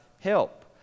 help